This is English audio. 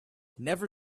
never